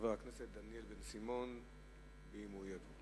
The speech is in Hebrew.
חבר הכנסת דניאל בן-סימון, אם הוא יהיה.